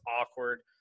awkward